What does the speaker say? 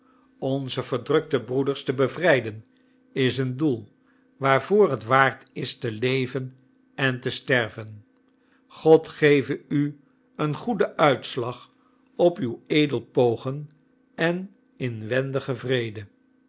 onze verdrukte broeders te bevrijden is een doel waarvoor het waard is te leven en te sterven god geve u een goeden uitslag op uw edel pogen en inwendigen vrede